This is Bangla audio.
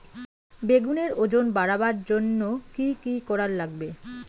বেগুনের ওজন বাড়াবার জইন্যে কি কি করা লাগবে?